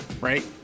Right